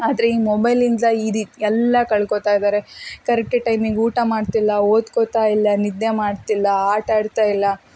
ಆದರೆ ಈ ಮೊಬೈಲಿಂದ ಈ ರೀತಿ ಎಲ್ಲ ಕಳ್ಕೋತಾ ಇದ್ದಾರೆ ಕರೆಕ್ಟಿಗೆ ಟೈಮಿಗೆ ಊಟ ಮಾಡ್ತಿಲ್ಲ ಓದ್ಕೋತಾ ಇಲ್ಲ ನಿದ್ದೆ ಮಾಡ್ತಿಲ್ಲ ಆಟಾಡ್ತಾ ಇಲ್ಲ